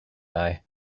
eye